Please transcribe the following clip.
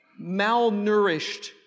malnourished